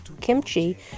Kimchi